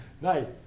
nice